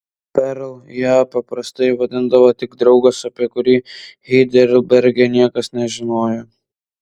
perl ją paprastai vadindavo tik draugas apie kurį heidelberge niekas nežinojo